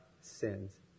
sins